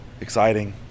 exciting